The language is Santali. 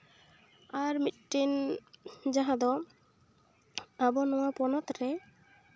ᱟᱨ ᱢᱤᱫᱴᱟᱝ ᱡᱟᱦᱟᱸ ᱫᱚ ᱟᱵᱚ ᱱᱚᱣᱟ ᱯᱚᱱᱚᱛ ᱨᱮ